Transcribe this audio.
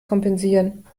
kompensieren